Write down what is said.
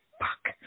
fuck